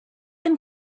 them